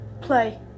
play